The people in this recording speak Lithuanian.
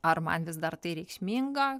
ar man vis dar tai reikšminga